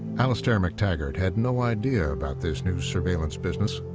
alastair mactaggart had know idea about this new surveillance business,